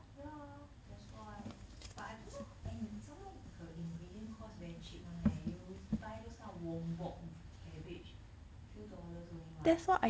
ya that's why but I don't know and some more her ingredient cost very cheap one leh you buy those kind of wombok cabbage few dollars only what